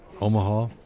Omaha